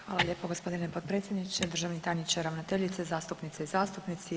Hvala lijepo g. potpredsjedniče, državni tajniče, ravnateljice, zastupnice i zastupnici.